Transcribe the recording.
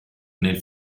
nel